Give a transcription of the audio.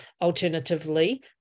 alternatively